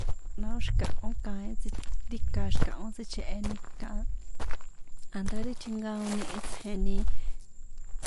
Na ó xi̱kahó kaín tsí ti ika xi̱kahó tsicheheni xika a̱ndá ri tjinkaoni itsje̱ni.